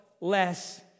less